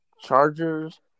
Chargers